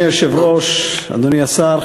התשע"ג 2013,